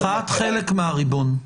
מחאת חלק מהריבון.